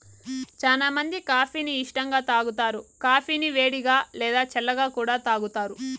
చానా మంది కాఫీ ని ఇష్టంగా తాగుతారు, కాఫీని వేడిగా, లేదా చల్లగా కూడా తాగుతారు